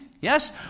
Yes